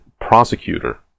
prosecutor